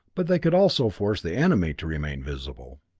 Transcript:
but they could also force the enemy to remain visible.